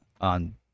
on